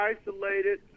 isolated